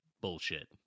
Bullshit